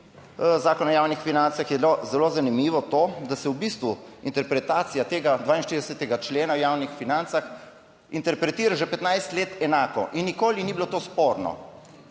Zakona o javnih financah, je bilo zelo zanimivo to, da se v bistvu interpretacija tega 42. člena o javnih financah interpretira že 15 let enako in nikoli ni bilo to sporno